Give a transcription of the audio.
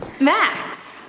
Max